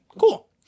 Cool